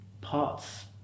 parts